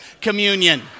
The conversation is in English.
communion